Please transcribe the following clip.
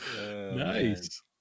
Nice